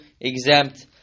exempt